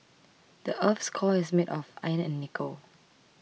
the earth's core is made of iron and nickel